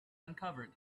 uncovered